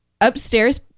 upstairs